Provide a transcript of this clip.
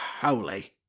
holy